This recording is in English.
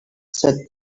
said